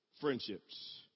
friendships